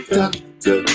doctor